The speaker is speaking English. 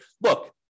look